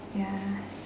ya